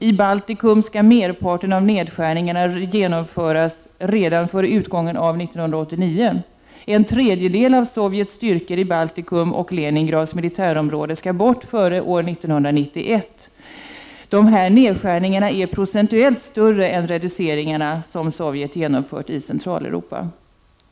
I Baltikum skall nedskärningarna genomföras redan före utgången av 1989. En tredjedel av Sovjets styrkor i Baltikums och Leningrads militärområden skall bort före år 1991. De här nedskärningarna är procentuellt sett större än de nedskärningar som Sovjet genomför i Centraleuropa.